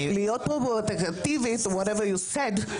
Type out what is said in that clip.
להיות פרובוקטיבי or whatever you sad,